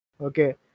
Okay